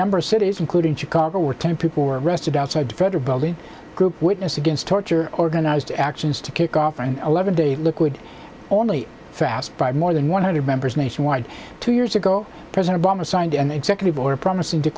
number of cities including chicago were ten people were arrested outside federal building group witness against torture organized actions to kick off an eleven day liquid only fast by more than one hundred members nationwide two years ago president obama signed an executive order promising to